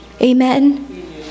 Amen